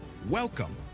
Welcome